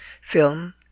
Film